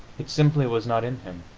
it simply was not in him.